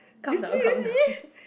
you see you see